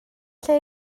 lle